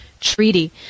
treaty